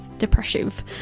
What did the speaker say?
depressive